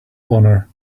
honor